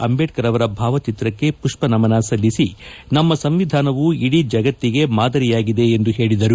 ಅಂಬೇಡ್ಕರ್ ಅವರ ಭಾವಚಿತ್ರಕ್ಕೆ ಮಷ್ಷನಮನ ಸಲ್ಲಿಸಿ ನಮ್ಮ ಸಂವಿಧಾನವು ಇಡೀ ಜಗತ್ತಿಗೆ ಮಾದರಿಯಾಗಿದೆ ಎಂದು ಹೇಳಿದರು